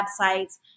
websites